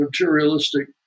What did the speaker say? materialistic